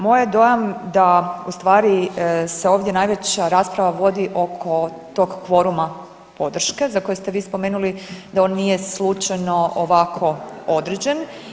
Moj je dojam da u stvari se ovdje najveća rasprava vodi oko tog kvoruma podrške za koji ste vi spomenuli da on nije slučajno ovako određen.